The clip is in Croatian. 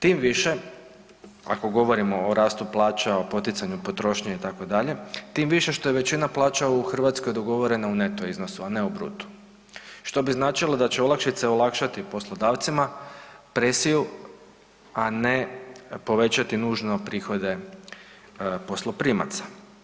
Tim više ako govorimo o rastu plaća, o poticanju potrošnje itd., tim više što je većina plaća u Hrvatskoj dogovorena u neto iznosu, a ne u brutu, što bi značilo da će olakšice olakšati poslodavcima presiju, a ne povećati nužno prihode posloprimaca.